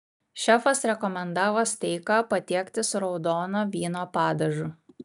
šefas rekomendavo steiką patiekti su raudono vyno padažu